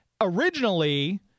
Originally